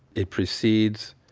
it precedes